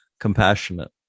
compassionate